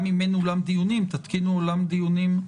גם אם אין אולם דיונים, תתקינו אולם דיונים.